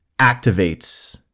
activates